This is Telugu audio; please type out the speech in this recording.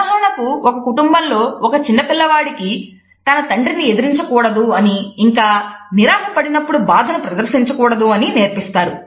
ఉదాహరణకు ఒక కుటుంబంలో ఒక చిన్న పిల్ల వానికి తండ్రిని ఎదిరించ కూడదు అని ఇంకా నిరాశ పడినప్పుడు బాధను ప్రదర్శించకూడదు అని నేర్పిస్తారు